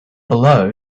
below